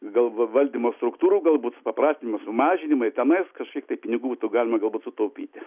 gal va valdymo struktūrų galbūt supaprastinimą sumažinimą ir tenai kažkiek tai pinigų būtų galima sutaupyti